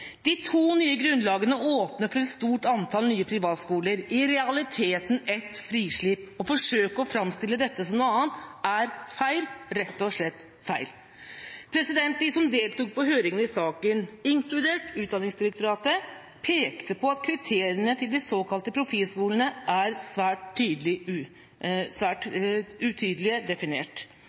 De to nye grunnlagene åpner for et stort antall nye privatskoler – i realiteten et frislipp. Å forsøke å framstille dette som noe annet er feil, rett og slett feil. De som deltok på høringen i saken, inkludert Utdanningsdirektoratet, pekte på at kriteriene til de såkalte profilskolene er svært utydelig definert.